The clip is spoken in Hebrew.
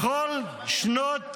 בכל שנות